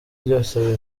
ryose